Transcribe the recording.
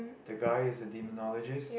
the guy is a demonologist